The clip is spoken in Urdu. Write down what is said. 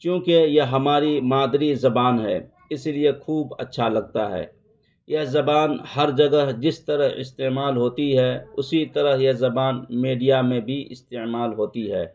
چونکہ یہ ہماری مادری زبان ہے اس لیے خوب اچھا لگتا ہے یہ زبان ہر جگہ جس طرح استعمال ہوتی ہے اسی طرح یہ زبان میڈیا میں بھی استعمال ہوتی ہے